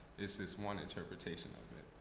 it's this one interpretation of